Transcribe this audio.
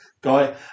guy